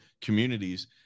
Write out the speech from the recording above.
communities